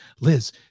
Liz